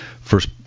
first